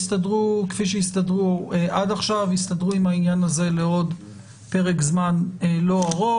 כפי שהסתדרו עד עכשיו יסתדרו עם העניין הזה לעוד פרק זמן לא ארוך.